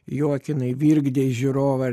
juokinai virkdei žiūrovą